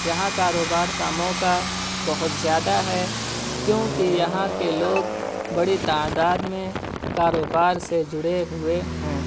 یہاں کاروبار کا موقع بہت زیادہ ہے کیونکہ یہاں کے لوگ بڑی تعداد میں کاروبار سے جڑے ہوئے ہیں